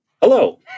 hello